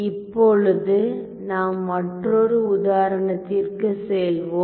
இப்பொழுது நாம் மற்றொரு உதாரணத்திற்கு செல்வோம்